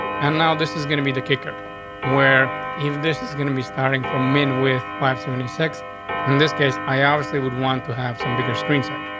and now this is gonna be the kicker where even this is gonna be starting from men with five seventy six in this case, i obviously would want to have some bigger screen size.